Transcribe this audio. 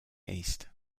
east